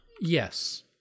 Yes